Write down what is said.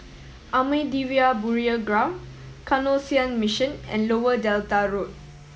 Ahmadiyya Burial Ground Canossian Mission and Lower Delta Road